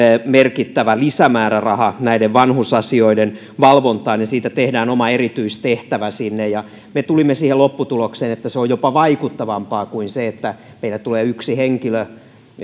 merkittävä lisämääräraha näiden vanhusasioiden valvontaan ja siitä tehdään oma erityistehtävä sinne me tulimme siihen lopputulokseen että se on jopa vaikuttavampaa kuin se että meille tulee yksi henkilö